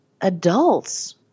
adults